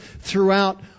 throughout